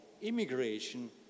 immigration